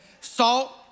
Salt